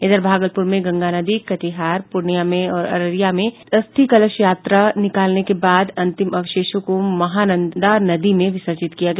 इधर भागलपूर में गंगा नदी कटिहार पूर्णिया और अररिया में अस्थि कलश यात्रा निकालने के बाद अंतिम अवशेषों को महानंदा नदी में विसर्जित किया गया